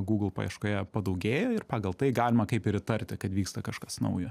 google paieškoje padaugėjo ir pagal tai galima kaip ir įtarti kad vyksta kažkas naujo